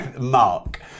Mark